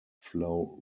flow